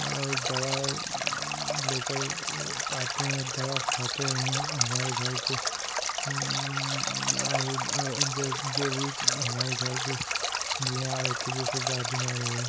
और दवा लेकर वो आते हैं दवा खाते हैं हमारे घर के और जो भी हमारे घर के बीमार होते जैसे दादी माँ ही हुईं